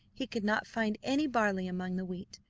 he could not find any barley among the wheat,